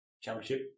championship